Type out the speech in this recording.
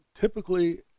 typically